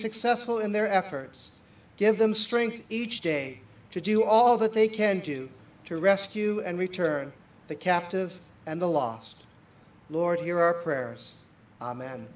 successful in their efforts give them strength each day to do all that they can do to rescue and return the captive and the lost lord hear our prayers